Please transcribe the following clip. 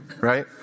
right